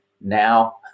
now